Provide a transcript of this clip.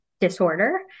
disorder